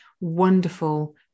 wonderful